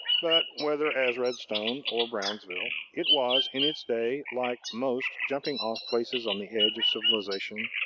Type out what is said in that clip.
but, whether as redstone or brownsville, it was, in its day, like most jumping off places on the edge of civilization,